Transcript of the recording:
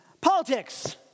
Politics